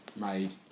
made